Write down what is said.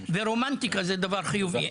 ורומנטיקה זה דבר חיובי,